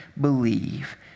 believe